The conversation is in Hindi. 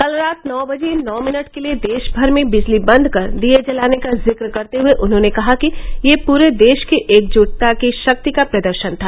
कल रात नौ बजे नौ मिनट के लिए देशभर में बिजली बंद कर दीये जलाने का जिक्र करते हए उन्होंने कहा कि यह पूरे देश की एकजुटता की शक्ति का प्रदर्शन था